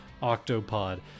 Octopod